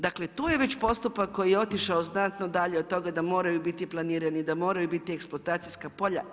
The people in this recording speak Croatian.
Dakle, tu je već postupak koji je otišao znatno dalje od toga da moraju biti planirani, da moraju biti eksploatacijska polja.